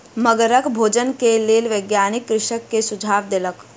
मगरक भोजन के लेल वैज्ञानिक कृषक के सुझाव देलक